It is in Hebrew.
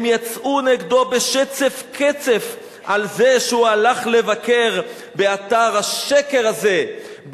הם יצאו נגדו בשצף קצף על זה שהוא הלך לבקר באתר השקר הזה,